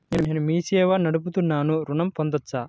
నేను మీ సేవా నడుపుతున్నాను ఋణం పొందవచ్చా?